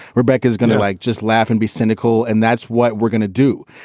rebecca's gonna like just laugh and be cynical and that's what we're gonna do.